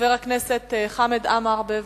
חבר הכנסת חמד עמאר, בבקשה.